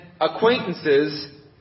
acquaintances